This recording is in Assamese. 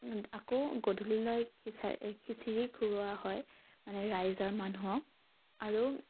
আকৌ গধূলিলৈ খিচাৰি খিচিৰি খুওঁৱা হয় মানে ৰাইজৰ মানুহক আৰু